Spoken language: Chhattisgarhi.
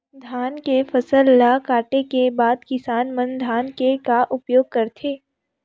धान के फसल ला काटे के बाद किसान मन धान के का उपयोग करथे?